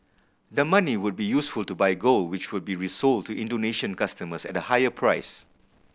the money would be useful to buy gold which would be resold to Indonesian customers at a higher price